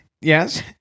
Yes